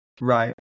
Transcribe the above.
right